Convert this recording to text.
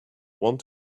want